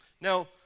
now